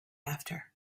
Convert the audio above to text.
after